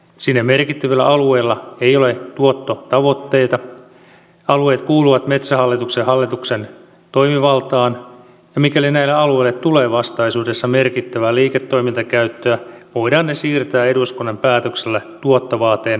siinä merkittävillä alueilla ei ole tuottotavoitteita alueet kuuluvat metsähallituksen hallituksen toimivaltaan ja mikäli näille alueille tulee vastaisuudessa merkittävää liiketoimintakäyttöä voidaan ne siirtää eduskunnan päätöksellä tuottovaateen alaisuuteen